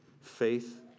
faith